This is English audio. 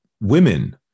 women